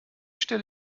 stelle